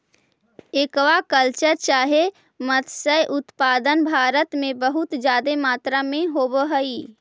aqua culture चाहे मत्स्य उत्पादन भारत में बहुत जादे मात्रा में होब हई